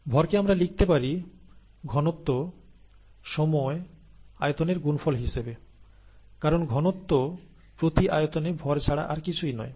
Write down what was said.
ভরকে আমরা লিখতে পারি ঘনত্ব সময় আয়তনের গুণফল হিসেবে কারণ ঘনত্ব প্রতি আয়তনে ভর ছাড়া আর কিছুই নয়